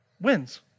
wins